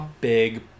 big